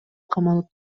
камалып